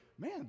man